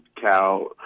cow